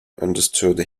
understood